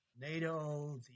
NATO